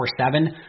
24-7